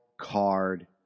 card